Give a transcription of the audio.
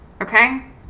Okay